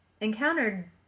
encountered –